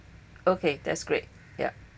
okay that's great yeah